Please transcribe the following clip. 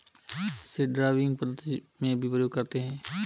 इसे ड्राइविंग पद्धति में भी प्रयोग करते हैं